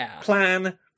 plan